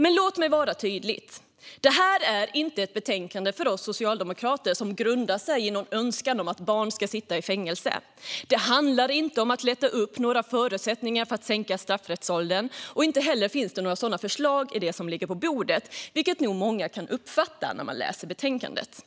Men låt mig vara tydlig: Det här är inte ett betänkande som för oss socialdemokrater grundar sig i någon önskan om att barn ska sitta i fängelse. Det handlar inte om att lätta upp några förutsättningar för att sänka straffrättsåldern. Det finns inte heller några sådana förslag i betänkandet som ligger på bordet, vilket nog många kan uppfatta det som när de läser betänkandet.